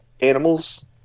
animals